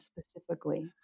specifically